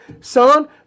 son